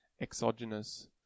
exogenous